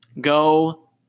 Go